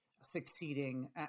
succeeding